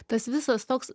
tas visas toks